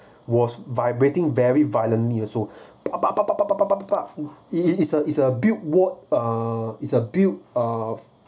was vibrating very violently also （ppo) it's a it's a built wa~ uh